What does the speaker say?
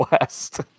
West